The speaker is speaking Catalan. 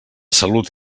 salut